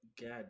God